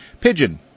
pigeon